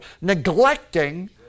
neglecting